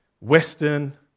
Western